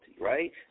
right